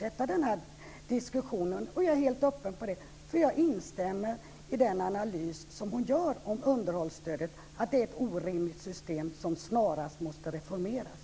Jag är helt öppen för det. Jag instämmer i den analys som hon gör om underhållsstödet. Det är ett orimligt system som snarast måste reformeras.